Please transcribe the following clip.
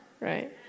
Right